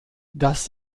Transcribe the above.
das